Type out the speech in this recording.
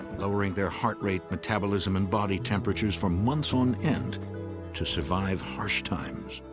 lowering their heart rate, metabolism, and body temperatures for months on end to survive harsh times.